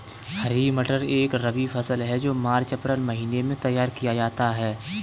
हरी मटर एक रबी फसल है जो मार्च अप्रैल महिने में तैयार किया जाता है